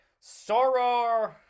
Soror